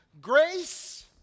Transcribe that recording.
grace